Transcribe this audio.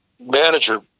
manager